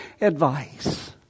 advice